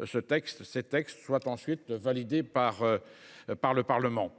les textes concernés soient ensuite validés par le Parlement.